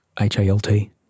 H-A-L-T